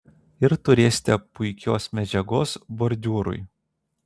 ir turėsite puikios medžiagos bordiūrui